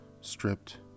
stripped